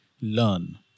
learn